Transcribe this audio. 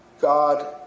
God